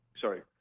sorry